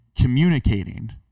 communicating